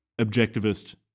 objectivist